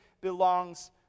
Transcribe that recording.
belongs